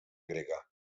grega